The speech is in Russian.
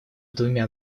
двумя